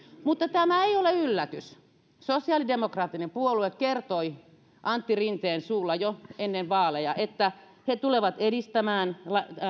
mutta tämä ei ole yllätys sosiaalidemokraattinen puolue kertoi antti rinteen suulla jo ennen vaaleja että he tulevat edistämään